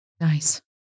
Nice